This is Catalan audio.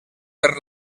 per